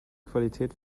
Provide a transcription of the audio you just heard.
qualität